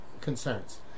concerns